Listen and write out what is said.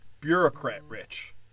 bureaucrat-rich